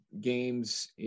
games